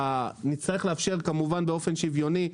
כמובן באופן שוויוני,